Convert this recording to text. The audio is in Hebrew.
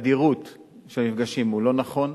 התדירות של המפגשים היא לא נכונה.